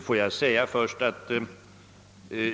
Herr talman!